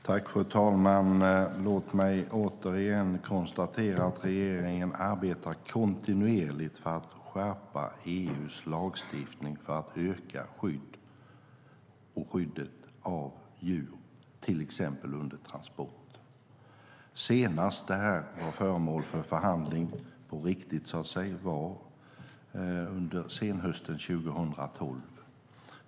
Fru talman! Låt mig återigen konstatera att regeringen arbetar kontinuerligt för att skärpa EU:s lagstiftning för att öka skyddet av djur till exempel under transport. Senast det här var föremål för förhandling på riktigt var under senhösten 2012.